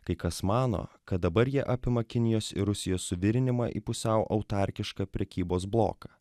kai kas mano kad dabar jie apima kinijos ir rusijos suvirinimą į pusiau autarkišką prekybos bloką